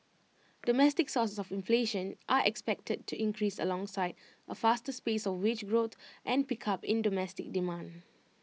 domestic sources of inflation are expected to increase alongside A faster pace of wage growth and pickup in domestic demand